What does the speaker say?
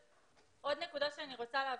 עוד נקודה שאני רוצה להבהיר.